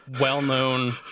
well-known